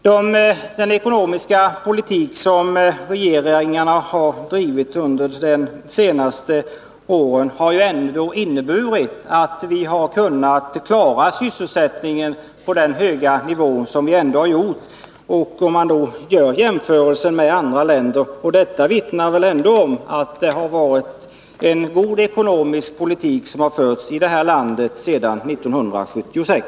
Den ekonomiska politik som regeringen har drivit under de senaste åren har ändå inneburit att vi har kunnat klara sysselsättningen på den höga nivå som den, i jämförelse med andra länder, i dag ligger på. Detta vittnar om att det har varit en god ekonomisk politik som har förts i detta land sedan 1976.